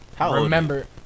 remember